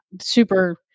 super